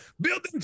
building